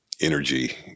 energy